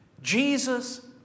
Jesus